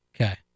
Okay